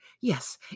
Yes